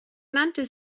nannte